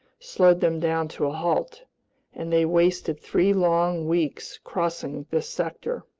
slowed them down to a halt and they wasted three long weeks crossing this sector.